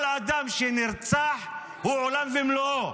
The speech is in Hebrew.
כל אדם שנרצח הוא עולם ומלואו,